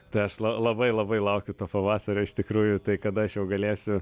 tai aš la labai labai laukiu to pavasario iš tikrųjų tai kada aš jau galėsiu